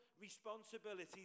responsibility